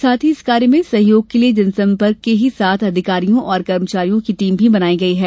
साथ ही इस कार्य में सहयोग के लिए जनसंपर्क के ही साठ अधिकारियों और कर्मचारियों की टीम भी बनाई गई है